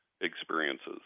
experiences